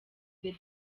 the